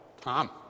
Tom